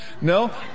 no